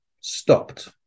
stopped